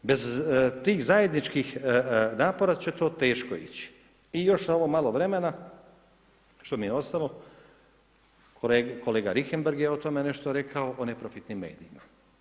Bez tih zajedničkih napora će to teško ići i još ovo malo vremena što mi je ostalo, kolega Richembergh je o tome nešto rekao, on je profitnim medijima.